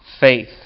faith